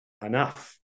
enough